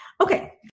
Okay